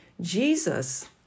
Jesus